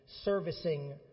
servicing